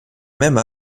même